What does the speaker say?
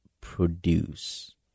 produce